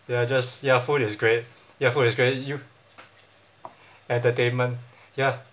they are just ya food is great ya food is great you entertainment ya